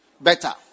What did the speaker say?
better